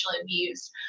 abused